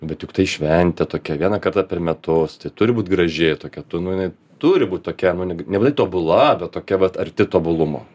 bet juk tai šventė tokia vieną kartą per metus tai turi būt graži tokia tu nu jinai turi būt tokia nu ne nebūtinai tobula bet tokia vat arti tobulumo